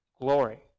glory